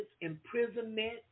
imprisonment